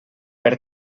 per